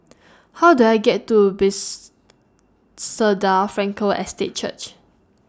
How Do I get to Base soda Frankel Estate Church